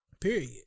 Period